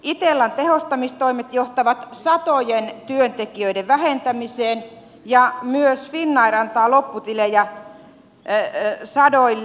itellan tehostamistoimet johtavat satojen työntekijöiden vähentämiseen ja myös finnair antaa lopputilejä sadoille